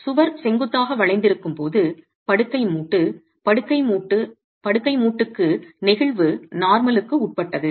சுவர் செங்குத்தாக வளைந்திருக்கும் போது படுக்கை மூட்டு படுக்கை மூட்டு படுக்கை மூட்டுக்கு நெகிழ்வு நார்மலுக்கு உட்பட்டது